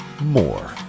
more